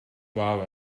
well